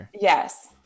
Yes